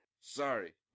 Sorry